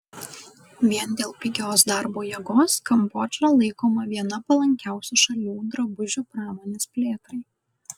vien dėl pigios darbo jėgos kambodža laikoma viena palankiausių šalių drabužių pramonės plėtrai